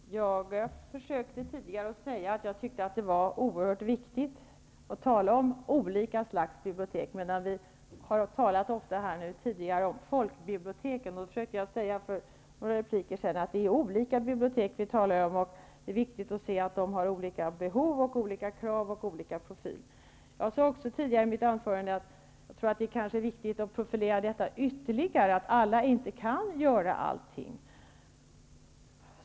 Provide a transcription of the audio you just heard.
Herr talman! Jag försökte tidigare säga att jag tyckte att det var oerhört viktigt att tala om olika slags bibliotek. Vi har ofta talat om folkbibliotek. Då försökte jag, för några repliker sedan, säga att det är olika bibliotek som vi talar om. Det är viktigt att se att de har olika behov, olika krav och olika profil. Jag sade också tidigare i mitt anförande att jag tror att det kan vara viktigt att ytterligare profilera att alla inte kan göra allting.